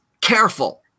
careful